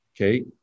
okay